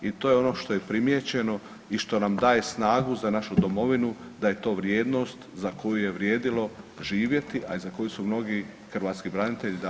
I to je ono što je primijećeno i što nam daje snagu za našu domovinu da je to vrijednost za koju je vrijedilo živjeti, a i za koju su mnogi hrvatski branitelji dali živote.